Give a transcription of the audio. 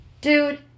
Dude